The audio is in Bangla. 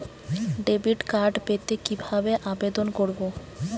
ডেবিট কার্ড পেতে কিভাবে আবেদন করব?